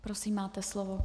Prosím, máte slovo.